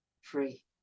free